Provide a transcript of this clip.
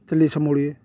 چلیے اچھا موڑیے